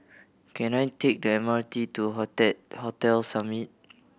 can I take the M R T to Hotel Summit